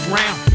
round